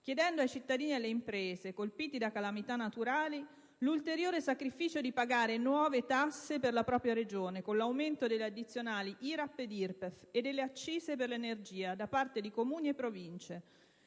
chiedendo ai cittadini e alle imprese colpiti da calamità naturali l'ulteriore sacrificio di pagare nuove tasse per la propria Regione con l'aumento delle addizionali IRAP ed IRPEF e delle accise per l'energia da parte di Comuni e Province.